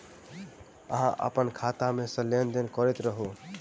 अहाँ अप्पन खाता मे सँ लेन देन करैत रहू?